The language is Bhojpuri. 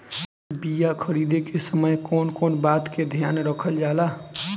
बीया खरीदे के समय कौन कौन बात के ध्यान रखल जाला?